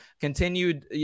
continued